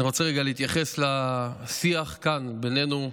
אני רוצה להתייחס לשיח כאן בינינו,